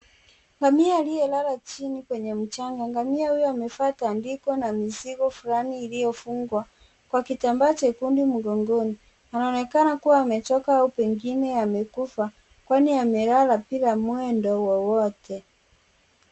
Ngamia aliyelala chini kwenye mchanga, ngamia huyu amevaa tandiko na mzigo fulani iliyofungwa kwa kitambaa chekundu mkongoni anaonekana kuwa amechoka au pengine amekufa kwani amelala bila mwendo wowote.